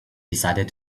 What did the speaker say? decided